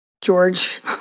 George